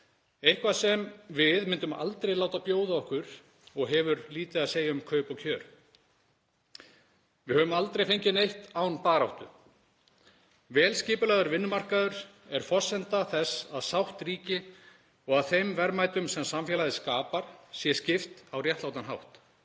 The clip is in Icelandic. eitthvað sem við myndum aldrei láta bjóða okkur, og hefur lítið að segja um kaup og kjör. Við höfum aldrei fengið neitt án baráttu. Vel skipulagður vinnumarkaður er forsenda þess að sátt ríki og að þeim verðmætum sem samfélagið skapar sé skipt á réttlátan hátt.